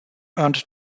earned